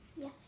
Yes